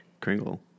Kringle